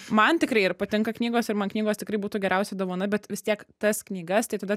man tikrai ir patinka knygos ir man knygos tikrai būtų geriausia dovana bet vis tiek tas knygas tai tada